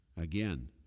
Again